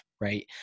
right